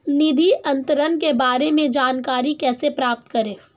निधि अंतरण के बारे में जानकारी कैसे प्राप्त करें?